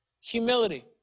Humility